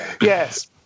Yes